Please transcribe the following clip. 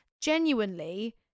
genuinely